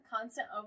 constant